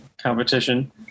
competition